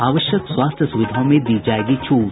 आवश्यक स्वास्थ्य सुविधाओं में दी जायेगी छूट